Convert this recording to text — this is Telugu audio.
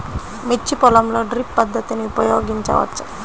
మిర్చి పొలంలో డ్రిప్ పద్ధతిని ఉపయోగించవచ్చా?